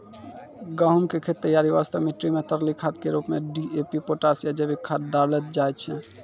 गहूम के खेत तैयारी वास्ते मिट्टी मे तरली खाद के रूप मे डी.ए.पी पोटास या जैविक खाद डालल जाय छै